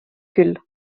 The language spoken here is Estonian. küll